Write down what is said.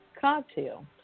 Cocktail